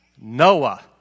Noah